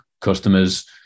customers